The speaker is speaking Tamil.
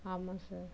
ஆமாம் சார்